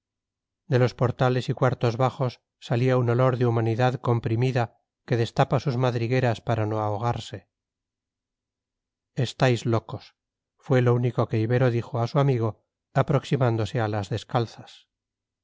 de los portales y cuartos bajos salía un olor de humanidad comprimida que destapa sus madrigueras para no ahogarse estáis locos fue lo único que ibero dijo a su amigo aproximándose a las descalzas